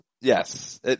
yes